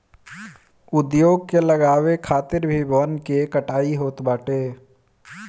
उद्योग के लगावे खातिर भी वन के कटाई होत बाटे